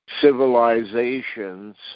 civilizations